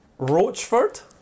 Roachford